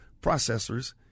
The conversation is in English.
processors